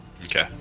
Okay